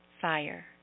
fire